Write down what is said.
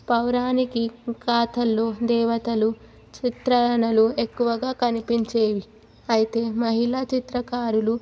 పౌరాణిక గాథల్లో దేవతల చిత్రణలు ఎక్కువగా కనిపించేవి అయితే మహిళా చిత్రకారులు